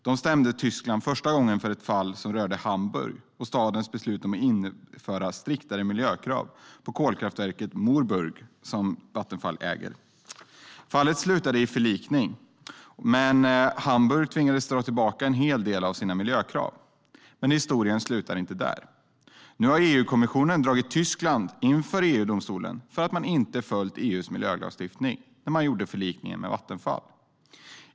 De stämde Tyskland första gången för ett fall som rörde Hamburg och stadens beslut att införa striktare miljökrav på kolkraftverket Moorburg som Vattenfall äger. Fallet slutade med förlikning. Hamburg tvingades dra tillbaka en hel del av sina miljökrav. Men historien slutar inte där. Nu har EU-kommissionen dragit Tyskland inför EU-domstolen för att man inte följde EU:s miljölagstiftning när man gjorde förlikningen med Vattenfall.